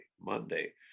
Monday